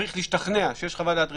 צריך להשתכנע שיש חוות דעת רפואית.